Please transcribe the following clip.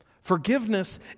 Forgiveness